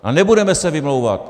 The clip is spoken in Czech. A nebudeme se vymlouvat!